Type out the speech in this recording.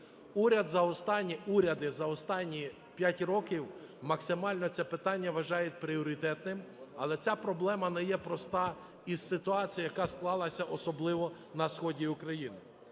уряди за останні 5 років максимально це питання вважають пріоритетним, але ця проблема не є проста і ситуація, яка склалася особливо на сході України.